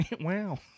Wow